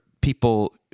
people